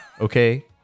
Okay